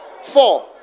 Four